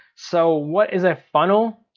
so what is a funnel?